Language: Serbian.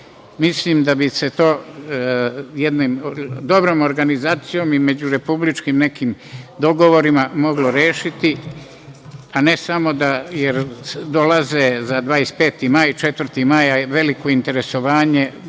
mislim da bi se to jednom dobrom organizacijom i međurepubličkim nekim dogovorima, moglo rešiti, a ne samo da dolaze za 25. maj, 4. maj, a veliko je interesovanje